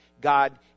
god